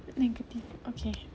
negative okay